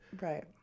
Right